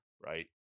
Right